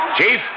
Chief